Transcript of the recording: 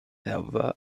however